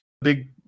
big